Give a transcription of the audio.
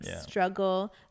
struggle